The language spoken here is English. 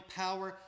power